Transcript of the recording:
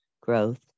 growth